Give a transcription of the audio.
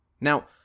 Now